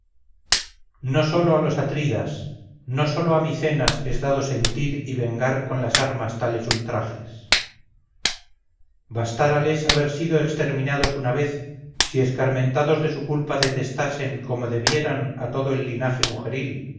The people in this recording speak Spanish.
no sólo a los atridas no sólo a micenas es dado sentir y vengar con las armas tales ultrajes bastárales haber sido exterminados una vez si escarmentados de su culpa detestasen como debieran a todo el linaje mujeril